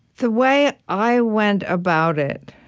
the way i went about it